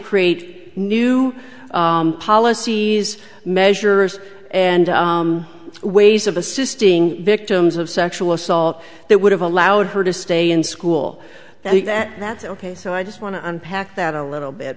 create new policies measures and ways of assisting victims of sexual assault that would have allowed her to stay in school that that's ok so i just want to unpack that a little bit